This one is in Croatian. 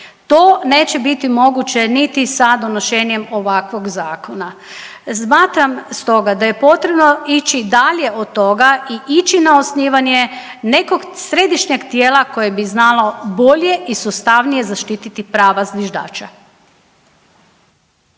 To neće biti moguće niti sa donošenjem ovakvog zakona. Smatram stoga da je potrebno ići dalje od toga i ići na osnivanje nekog središnjeg tijela koje bi znalo bolje i sustavnije zaštiti prava zviždača.